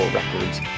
Records